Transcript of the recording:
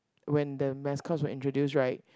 when the mascots were introduced right